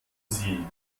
sie